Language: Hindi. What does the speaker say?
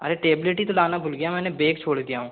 अरे टेब्लेट ही तो लाना भूल गया मैंने बैग छोड़ दिया हूँ